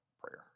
prayer